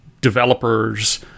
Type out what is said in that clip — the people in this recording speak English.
developers